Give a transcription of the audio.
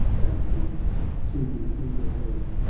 thou creepest to the eager earth,